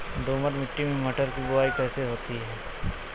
दोमट मिट्टी में मटर की बुवाई कैसे होती है?